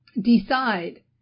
decide